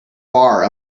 bar